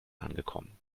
angekommen